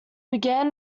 began